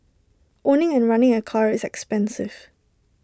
owning and running A car is expensive